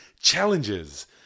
challenges